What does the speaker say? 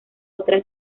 otras